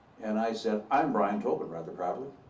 and i said, i'm brian tobin, rather proudly.